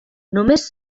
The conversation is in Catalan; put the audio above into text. només